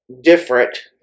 different